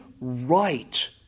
right